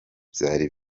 byari